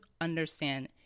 understand